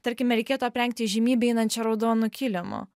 tarkime reikėtų aprengti įžymybę einančią raudonu kilimu